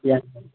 ꯌꯥꯏ